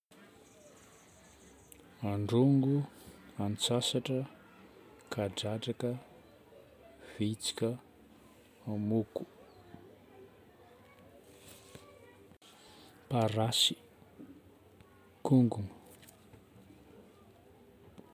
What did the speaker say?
Androngo, antsasatra, kadradraka, vitsika, hamoko, parasy, kongono.